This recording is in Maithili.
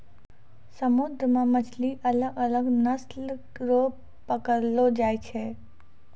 समुन्द्र मे मछली अलग अलग नस्ल रो पकड़लो जाय छै